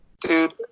dude